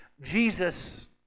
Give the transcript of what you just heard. Jesus